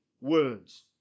words